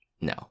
no